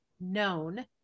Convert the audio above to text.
known